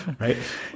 right